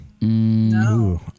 No